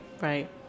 Right